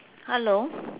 hello